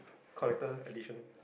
collector edition